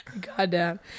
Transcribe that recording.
Goddamn